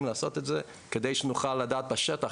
לעשות את זה כדי שנוכל לדעת בשטח,